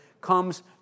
comes